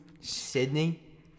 Sydney